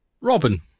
robin